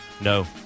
No